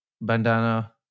bandana